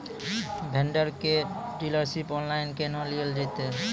Vendor केर dealership online केहनो लियल जेतै?